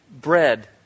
bread